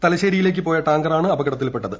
തലശ്ശേരിയിലേക്ക് പോയ ടാങ്കറാണ് അപകടത്തിൽപ്പെട്ടത്